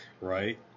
Right